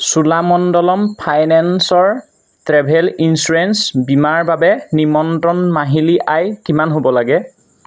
চোলামণ্ডলম ফাইনেঞ্চৰ travel insurance বীমাৰ বাবে নিম্নতম মাহিলি আয় কিমান হ'ব লাগে